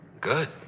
good